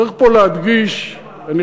צריך פה להדגיש, גם לערבים?